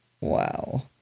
Wow